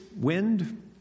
wind